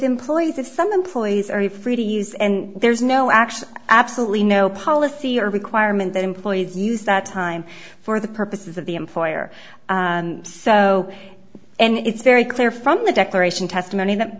employees of some employees are a free to use and there is no actual absolutely no policy or requirement that employees use that time for the purposes of the employer and so and it's very clear from the declaration testimony that